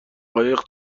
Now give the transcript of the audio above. قایق